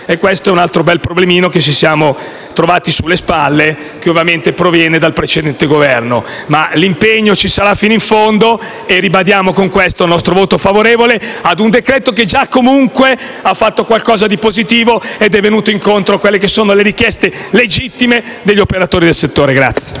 e questo è un altro bel problemino che ci siamo trovati sulle spalle e che ovviamente proviene dal precedente Governo. Ciononostante, l'impegno ci sarà fino in fondo e ribadiamo con questo nostro il voto favorevole alla conversione di un decreto legge che già comunque ha fatto qualcosa di positivo ed è venuto incontro alle richieste legittime degli operatori del settore.